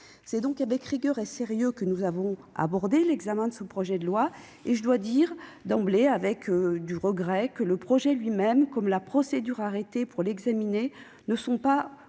C'est donc avec rigueur et sérieux que nous avons abordé l'examen de ce projet de loi. Et je dois dire d'emblée, pour le regretter, que ni le texte lui-même ni la procédure arrêtée pour l'examiner ne sont